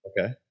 Okay